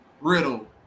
Riddle